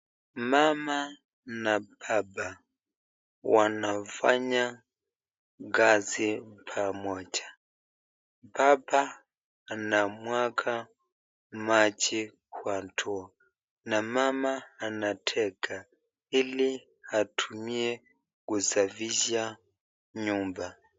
Mama na baba wanafanya kazi pamoja. Baba anamwaga maji kwa ndoo na mama anatega ili atumia kusafisha nyumba.